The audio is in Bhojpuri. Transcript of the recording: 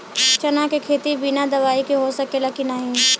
चना के खेती बिना दवाई के हो सकेला की नाही?